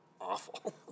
awful